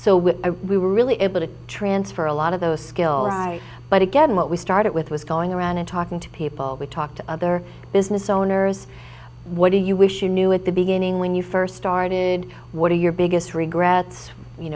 when we were really able to transfer a lot of those skills but again what we started with was going around and talking to people we talk to other business owners what do you wish you knew at the beginning when you first started what are your biggest regrets you